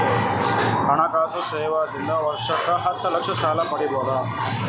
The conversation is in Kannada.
ಹಣಕಾಸು ಸೇವಾ ದಿಂದ ವರ್ಷಕ್ಕ ಹತ್ತ ಲಕ್ಷ ಸಾಲ ಪಡಿಬೋದ?